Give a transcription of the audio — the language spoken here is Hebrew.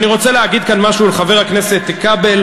אני רוצה להגיד כאן משהו לחבר הכנסת כבל,